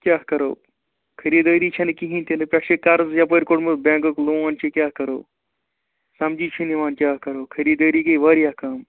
کیٛاہ کَرَو خریٖدٲری چھِنہٕ کِہیٖنۍ تِنہٕ پٮ۪ٹھٕ چھِ قرض یَپٲرۍ کھوتمُت بینکُک لون چھِ کیٛاہ کَرَو سَمٛجھٕے چھِنہٕ یِوان کیٛاہ کَرَو خریٖدٲری گٔے واریاہ کَم